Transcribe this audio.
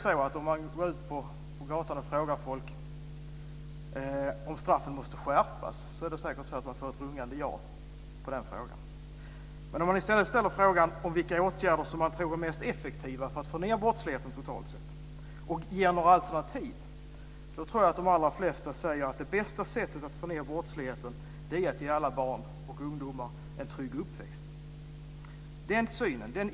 Går man ut på gatan och frågar folk om straffen måste skärpas får man säkert ett rungande ja som svar. Men om man i stället ställer frågan vilka åtgärder som man tror är mest effektiva för att få ned brottsligheten totalt sett och ger några alternativ, tror jag att de allra flesta säger att det bästa sättet att få ned brottsligheten är att ge alla barn och ungdomar en trygg uppväxt.